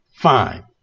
Fine